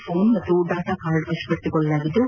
phone ಹಾಗೂ data card ವಶಪಡಿಸಿಕೊಂಡಿದ್ದು